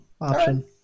option